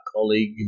colleague